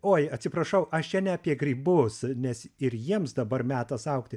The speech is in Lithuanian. oi atsiprašau aš čia ne apie grybus nes ir jiems dabar metas augti